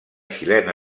xilena